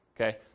Okay